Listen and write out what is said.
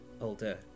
older